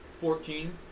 Fourteen